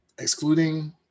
Excluding